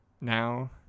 now